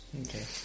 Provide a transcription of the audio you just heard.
Okay